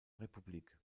republik